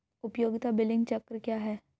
उपयोगिता बिलिंग चक्र क्या है?